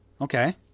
Okay